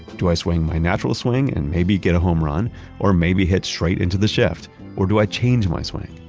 do i swing my natural swing and maybe get a home run or maybe hit straight into the shift or do i change my swing?